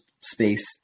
space